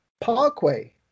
Parkway